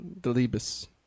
Delibes